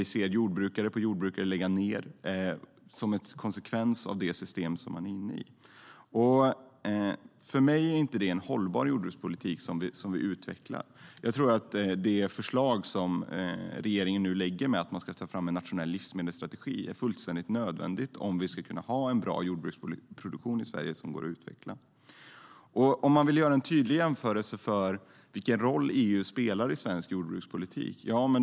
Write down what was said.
Vi ser jordbrukare efter jordbrukare lägga ned sin verksamhet som en konsekvens av det system som Sverige är i. För mig är det inte en hållbar jordbrukspolitik. Jag tror att regeringens förslag om att ta fram en nationell livsmedelsstrategi är fullständigt nödvändigt om Sverige ska få en utvecklingsbar jordbruksproduktion. Låt oss göra en tydlig jämförelse av vilken roll EU spelar i svensk jordbrukspolitik.